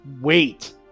wait